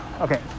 okay